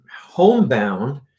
homebound